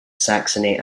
saxony